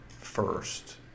first